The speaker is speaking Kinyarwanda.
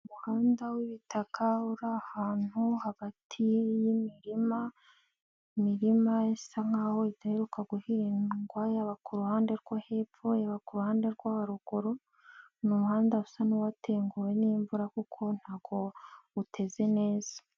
Umuhanda w'ibitaka uri ahantu hagati y'imirima, imirima isa nk'aho idaheruka guhingwa yaba kuruhande rwo hepfo, yaba kuruhande rwo haruguru, ni umuhanda usa n'uwatenguwe n'imvura kuko ntago uteze neza.